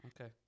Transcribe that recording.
okay